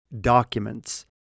documents